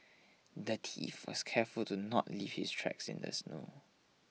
the thief was careful to not leave his tracks in the snow